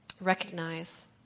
Recognize